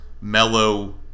mellow